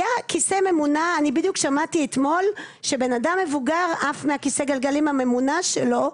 אני בדיוק שמעתי אתמול שבן אדם מבוגר עף מכיסא הגלגלים הממונע שלו,